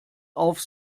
auf